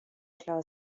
klar